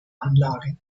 anlage